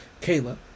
Kayla